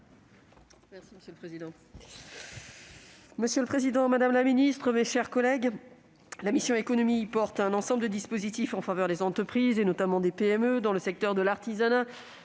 rapporteure spéciale. Monsieur le président, madame la ministre, mes chers collègues, la mission « Économie » porte un ensemble de dispositifs en faveur des entreprises, notamment les PME, dans les secteurs de l'artisanat,